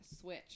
switch